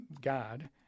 God